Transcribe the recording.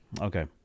okay